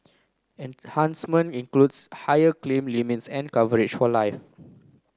enhancement includes higher claim limits and coverage for life